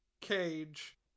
cage